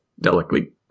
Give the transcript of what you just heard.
delicately